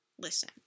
listen